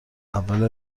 اول